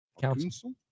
council